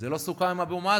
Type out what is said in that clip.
זה לא סוכם עם אבו מאזן,